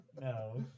No